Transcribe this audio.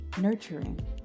nurturing